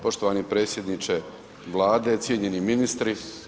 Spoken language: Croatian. Poštovani predsjedniče Vlade, cijenjeni ministri.